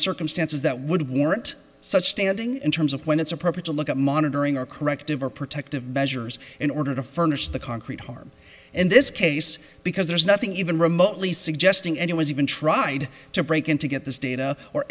circumstances that would warrant such standing in terms of when it's appropriate to look at monitoring or corrective or protective measures in order to furnish the concrete harm in this case because there's nothing even remotely suggesting any was even tried to break in to get this data or